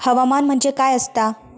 हवामान म्हणजे काय असता?